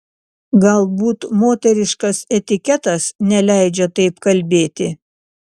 galbūt moteriškas etiketas neleidžia taip kalbėti